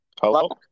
Hello